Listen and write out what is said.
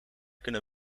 kunnen